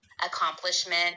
accomplishment